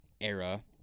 era